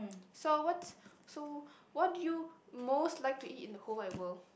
so what's so what do you most like to eat in the whole wide world